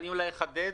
אני אחדד.